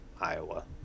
Iowa